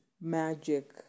magic